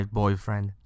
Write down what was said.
boyfriend